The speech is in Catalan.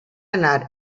anar